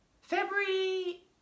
February